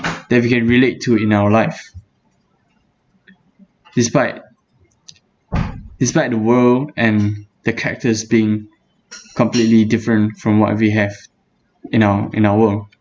that we can relate to in our life despite despite the world and the characters being completely different from what we have in our in our world